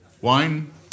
Wine